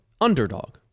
underdog